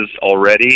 already